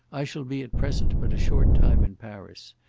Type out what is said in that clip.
i shall be at present but a short time in paris.